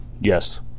yes